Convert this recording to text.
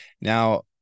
Now